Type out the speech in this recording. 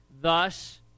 thus